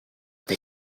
they